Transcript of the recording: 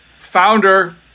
Founder